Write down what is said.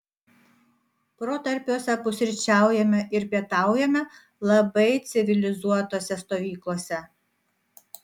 protarpiuose pusryčiaujame ir pietaujame labai civilizuotose stovyklose